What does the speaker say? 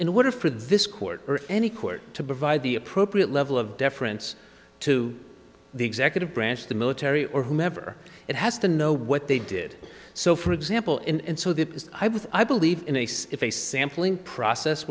in order for this court or any court to provide the appropriate level of deference to the executive branch the military or whomever it has to know what they did so for example in and so that i was i believe in a so if a sampling process